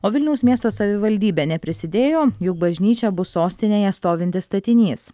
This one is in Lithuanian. o vilniaus miesto savivaldybė neprisidėjo juk bažnyčia bus sostinėje stovintis statinys